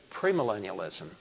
premillennialism